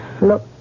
Look